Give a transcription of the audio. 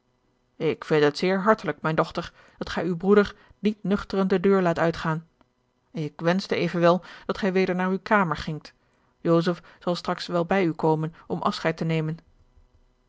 ik vind het zeer hartelijk mijne dochter dat gij uw broeder niet nuchteren de deur laat uitgaan ik wenschte evenwel dat gij weder naar uw kamer gingt joseph zal straks wel bij u komen om afscheid te nemen